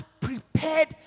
prepared